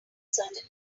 certain